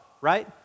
right